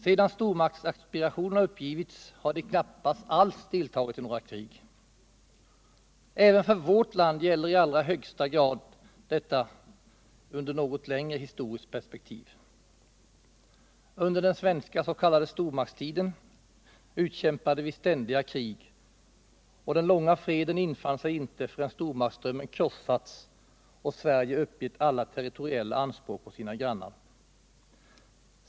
Sedan stormaktsaspirationerna uppgivits har de knappast alls deltagit i några krig. Även för vårt land gäller detta i allra högsta grad i ett något längre historiskt perspektiv. Under den svenska s.k. stormaktstiden utkämpade vi ständiga krig. Den långa freden infann sig inte förrän stormaktsdrömmen hade krossats och Sverige hade uppgett alla territoriella anspråk på sina grannar.